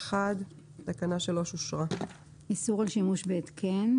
הצבעה בעד, 1 נגד, אין נמנעים,